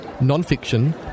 non-fiction